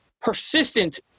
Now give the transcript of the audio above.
persistent